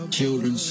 children